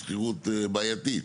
היא שכירות בעייתית,